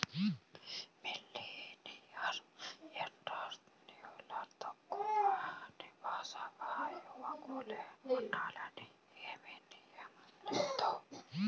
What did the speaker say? millennial ఎంటర్ప్రెన్యూర్లు తప్పనిసరిగా యువకులే ఉండాలని ఏమీ నియమం లేదు